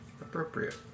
Appropriate